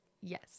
Yes